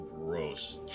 gross